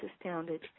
astounded